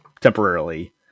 temporarily